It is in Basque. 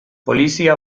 polizia